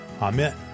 Amen